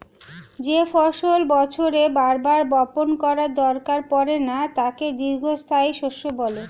যেই ফসল বছরে বার বার বপণ করার দরকার পড়ে না তাকে দীর্ঘস্থায়ী শস্য বলে